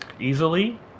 easily